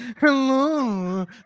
Hello